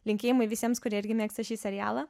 linkėjimai visiems kurie irgi mėgsta šį serialą